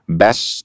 best